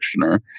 commissioner